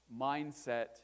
mindset